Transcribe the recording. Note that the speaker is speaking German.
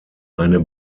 eine